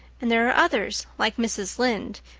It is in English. and there are others, like mrs. lynde,